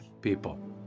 people